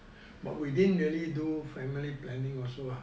but we didn't really do family planning also lah